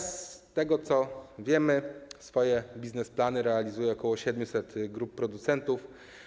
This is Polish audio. Z tego co wiemy, teraz swoje biznesplany realizuje ok. 700 grup producentów.